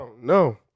no